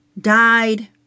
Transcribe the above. died